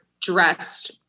dressed